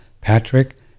Patrick